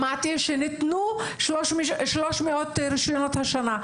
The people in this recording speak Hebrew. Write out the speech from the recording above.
שמעתי שניתנו 300 רישיונות השמה,